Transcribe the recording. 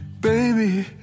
Baby